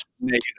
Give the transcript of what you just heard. Negative